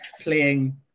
playing